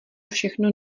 všechno